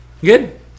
Good